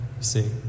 see